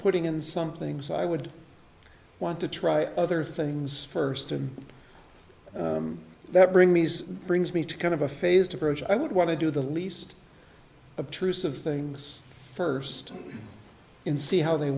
putting in some things i would want to try other things first and that bring these brings me to kind of a phased approach i would want to do the least obtrusive things first in see how they